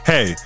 Hey